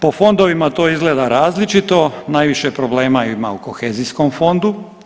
Po fondovima to izgleda različito, najviše problema ima u kohezijskom fondu.